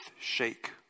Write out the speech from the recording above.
shake